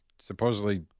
supposedly